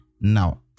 Now